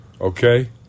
Okay